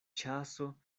ĉaso